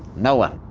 no one.